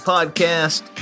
Podcast